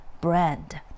brand